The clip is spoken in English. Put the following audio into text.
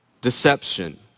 deception